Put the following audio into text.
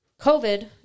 COVID